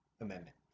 Amendment